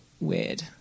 weird